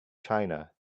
china